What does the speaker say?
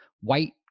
white